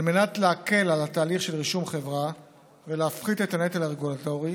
על מנת להקל את התהליך של רישום חברה ולהפחית את הנטל הרגולטורי,